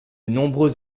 nombreux